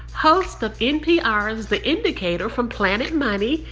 hosts of npr's the indicator from planet money,